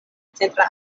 centra